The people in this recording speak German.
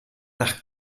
nach